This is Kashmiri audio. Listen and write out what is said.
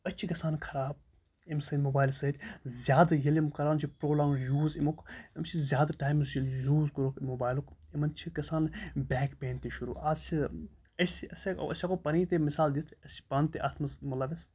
أچھ چھِ گژھان خراب اَمہِ سۭتۍ موبایلہٕ سۭتۍ زیادٕ ییٚلہِ یِم کَران چھِ پرٛولانٛگٕڈ یوٗز اَمیُک یِم چھِ زیادٕ ٹایمَس ییٚلہِ یہِ یوٗز کوٚرُکھ موبایلُک یِمَن چھِ گژھان بیک پین تہِ شُروٗع آز چھِ أسۍ أسۍ ہٮ۪کو پَنٕنۍ تہِ مِثال دِتھ أسۍ چھِ پانہٕ تہِ اَتھ منٛز مُلوِث